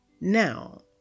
Now